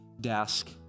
desk